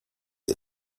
ihr